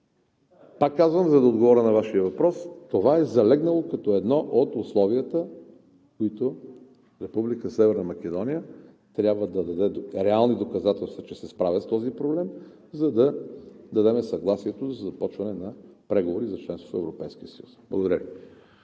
Пак казвам, за да отговоря на Вашия въпрос: това е залегнало като едно от условията, за които Република Северна Македония трябва да даде реални доказателства, че се справя с този проблем, за да дадем съгласието за започването на преговори за членството им в Европейския